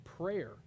prayer